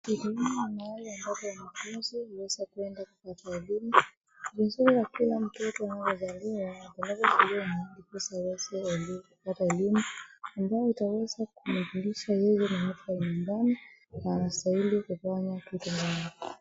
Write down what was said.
Nimahali ambapo wanafunzi huweza kuenda kupata elimu. Ni vizuri ya kila mtoto anayezaliwa aweze kupelekwa mahali ndiposa aweze kupata elimu, ambayo itaweza kumwelimisha yeye na hata nyumbani anayostahili kufanya kitu nayo.